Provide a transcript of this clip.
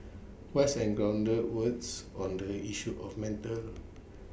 wise and grounded words on the issue of mental